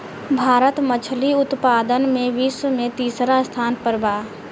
भारत मछली उतपादन में विश्व में तिसरा स्थान पर बा